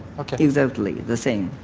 exactly, the same.